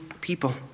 people